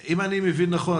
אם אני מבין נכון,